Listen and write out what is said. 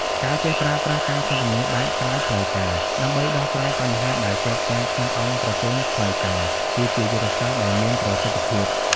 ការចេះប្រើប្រាស់ "ការសន្ទនាបែបក្រៅផ្លូវការ" ដើម្បីដោះស្រាយបញ្ហាដែលជាប់គាំងក្នុងអង្គប្រជុំផ្លូវការ គឺជាយុទ្ធសាស្ត្រ ដែលមានប្រសិទ្ធភាព។